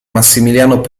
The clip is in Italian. massimiliano